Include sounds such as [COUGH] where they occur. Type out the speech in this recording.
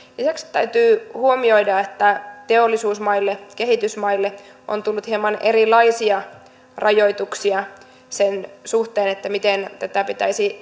täytyy huomioida että teollisuusmaille ja kehitysmaille on tullut hieman erilaisia rajoituksia sen suhteen miten tätä pitäisi [UNINTELLIGIBLE]